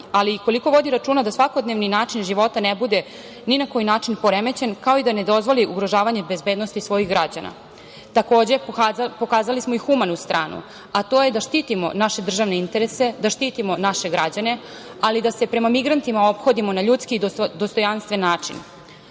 ali i koliko vodi računa da svakodnevni način života ne bude ni na koji način poremećen, kao i da ne dozvoli ugrožavanje bezbednosti svojih građana. Takođe, pokazali smo i humanu stranu, a to je da štitimo naše državne interese, da štitimo naše građane, ali i da se prema migrantima ophodimo na ljudski i dostojanstven način. Ova